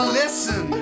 listen